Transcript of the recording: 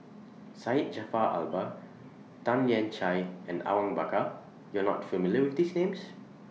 Syed Jaafar Albar Tan Lian Chye and Awang Bakar YOU Are not familiar with These Names